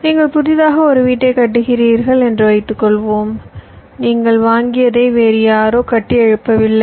நீங்கள் புதிதாக ஒரு வீட்டைக் கட்டுகிறீர்கள் என்று வைத்துக்கொள்வோம் நீங்கள் வாங்கியதை வேறு யாரோ கட்டியெழுப்பவில்லை